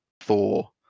Thor